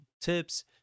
tips